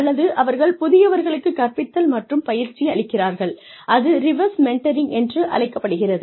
அல்லது அவர்கள் புதியவர்களுக்கு கற்பித்தல் மற்றும் பயிற்சி அளிக்கிறார்கள் அது ரிவர்ஸ் மெண்டாரிங் என்று அழைக்கப்படுகிறது